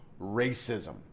racism